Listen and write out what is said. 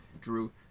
Drew